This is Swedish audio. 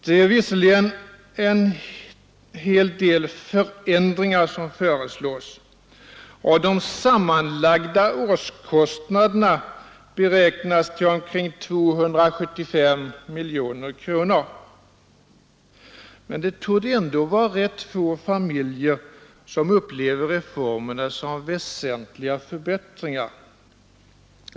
Det är visserligen en hel del förändringar som föreslås, och de sammanlagda årskostnaderna beräknas till omkring 275 miljoner kronor. Men det torde ändå vara rätt få familjer som upplever reformerna som väsentliga förbättringar.